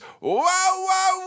Wow